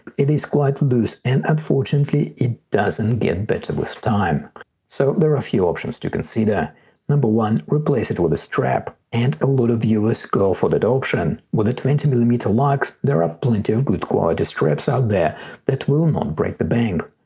it is quite loose and unfortunately it doesn't get better with time so there are a few options to consider number one replace it with a strap and a lot of viewers go for that option. with twenty millimeter lugs there are ah plenty of good quality straps out there that will not break the bank.